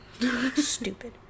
stupid